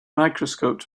microscope